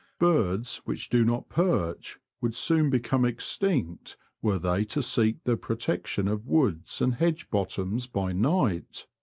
birds which do not perch would soon become extinct were they to seek the pro tection of woods and hedge-bottoms by night.